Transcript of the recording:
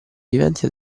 viventi